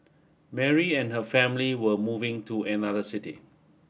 Mary and her family were moving to another city